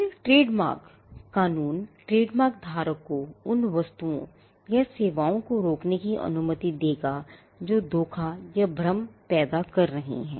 फिर ट्रेडमार्क कानून ट्रेडमार्क धारक को उन वस्तुओं या सेवाओं को रोकने की अनुमति देगा जो धोखा या भ्रम पैदा कर रही हैं